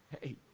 hey